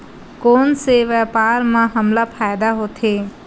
कोन से व्यापार म हमला फ़ायदा होथे?